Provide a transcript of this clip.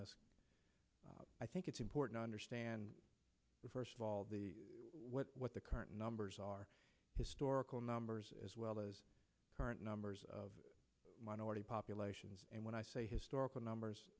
this i think it's important to understand first of all the what the current numbers are historical numbers as well as current numbers of minority populations and when i say historical numbers